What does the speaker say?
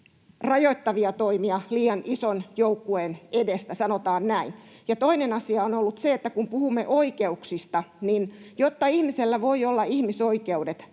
rajoittavia toimia liian ison joukkueen edestä, sanotaan näin. Toinen asia on ollut se, että kun puhumme oikeuksista, niin jotta ihmisellä voi olla ihmisoikeudet,